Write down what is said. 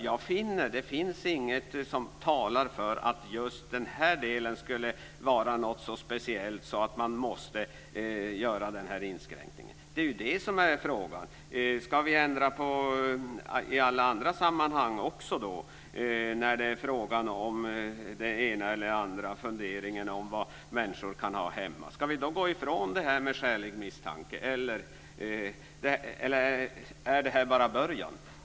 Jag finner inte att det finns något som talar för att just den här delen skulle vara så speciell att man måste göra den här integritetskränkningen. Det är ju det som är frågan: Ska vi ändra i alla andra sammanhang också när det är fråga om den ena eller andra funderingen om vad människor kan ha hemma? Ska vi då gå ifrån detta med skälig misstanke? Är det här bara början?